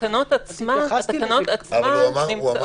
התייחסתי לזה קודם.